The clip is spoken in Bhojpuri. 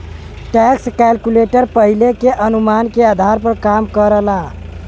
टैक्स कैलकुलेटर पहिले के अनुमान के आधार पर काम करला